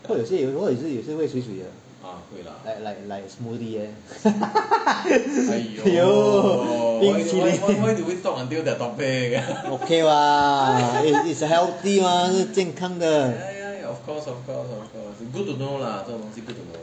或者说有时有些会水水的 like like like smoothie like that okay [what] it's it's a healthy mah 他是健康的